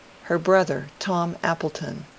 her brother, tom appleton,